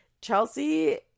Chelsea